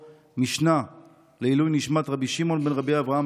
משנה לעילוי נשמת רבי שמעון בן רבי אברהם,